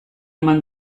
eman